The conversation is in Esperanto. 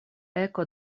eko